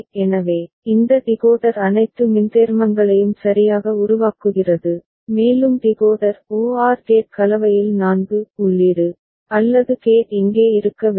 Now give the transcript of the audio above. எனவே இந்த டிகோடர் அனைத்து மின்தேர்மங்களையும் சரியாக உருவாக்குகிறது மேலும் டிகோடர் ஓஆர் கேட் கலவையில் 4 உள்ளீடு அல்லது கேட் இங்கே இருக்க வேண்டும்